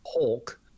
hulk